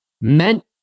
meant